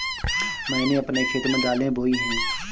मैंने अपने खेत में दालें बोई हैं